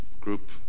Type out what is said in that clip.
group